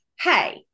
hey